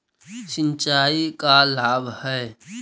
सिंचाई का लाभ है?